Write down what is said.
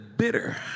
bitter